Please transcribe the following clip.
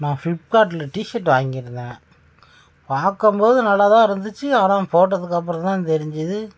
நான் ஃபிளிப்கார்டில் T shirt வாங்கி இருந்தேன் பார்க்கும் போது நல்லாகத்தான் இருந்திச்சு ஆனால் போட்டதுக்கு அப்புறம் தான் தெரிஞ்சுது